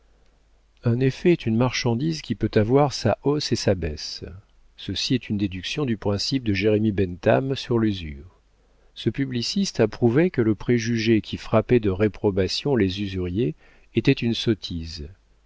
un effet est une marchandise qui peut avoir sa hausse et sa baisse ceci est une déduction du principe de jérémie bentham sur l'usure ce publiciste a prouvé que le préjugé qui frappait de réprobation les usuriers était une sottise